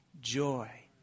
joy